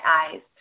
eyes